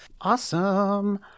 Awesome